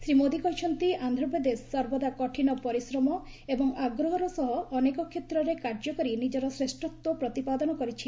ଶ୍ରୀ ମୋଦି କହିଛନ୍ତି ଆନ୍ଧ୍ରପ୍ରଦେଶ ସର୍ବଦା କଠିନ ପରିଶ୍ରମ ଏବଂ ଆଗ୍ରହର ସହ ଅନେକ କ୍ଷେତ୍ରରେ କାର୍ଯ୍ୟ କରି ନିଜର ଶ୍ରେଷତ୍ୱ ପ୍ରତିପାଦନ କରିଛି